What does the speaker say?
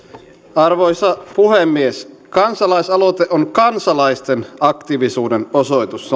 arvoisa puhemies kansalaisaloite on kansalaisten aktiivisuuden osoitus